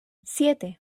siete